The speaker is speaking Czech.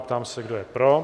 Ptám se, kdo je pro?